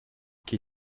qui